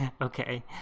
Okay